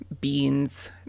beans